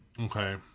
Okay